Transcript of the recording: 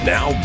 Now